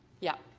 yeah.